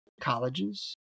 colleges